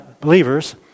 believers